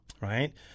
Right